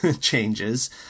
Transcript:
changes